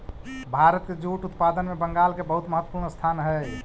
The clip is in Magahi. भारत के जूट उत्पादन में बंगाल के बहुत महत्त्वपूर्ण स्थान हई